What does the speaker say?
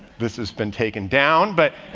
this has been taken down. but